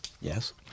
Yes